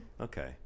okay